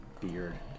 beard